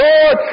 Lord